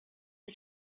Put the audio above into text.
are